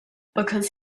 because